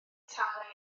tân